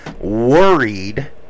worried